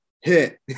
hit